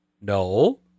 No